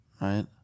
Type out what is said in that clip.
right